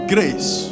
grace